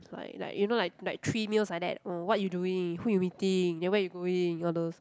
like like you know like like three meals like that oh what you doing who you meeting then where you going all those